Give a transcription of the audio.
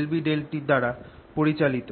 ∂B∂t দ্বারা পরিচালিত